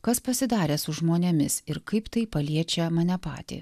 kas pasidarė su žmonėmis ir kaip tai paliečia mane patį